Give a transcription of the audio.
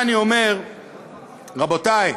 רבותי,